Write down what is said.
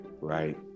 right